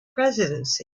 presidency